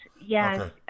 Yes